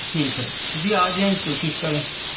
ٹھیک ہے جی آ جائیں کوشش کریں